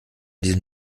diesem